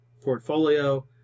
portfolio